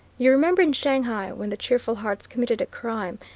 you remember in shanghai when the cheerful hearts committed a crime,